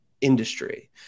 industry